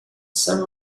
some